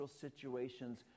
situations